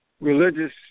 religious